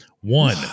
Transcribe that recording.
One